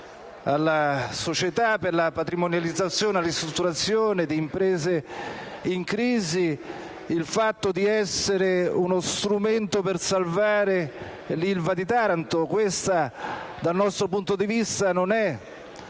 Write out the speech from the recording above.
alla società per la patrimonializzazione e la ristrutturazione di imprese in crisi il fatto di essere uno strumento per salvare l'ILVA di Taranto. Questa, dal nostro punto di vista, non è